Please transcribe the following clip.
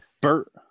Bert